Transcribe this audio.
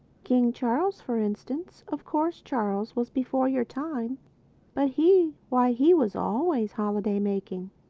king charles, for instance of course charles was before your time but he why, he was always holiday-making.